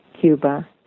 Cuba